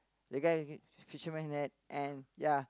the guy fisherman net and ya